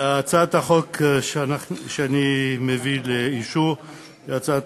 הצעת החוק שאני מביא לאישור היא הצעת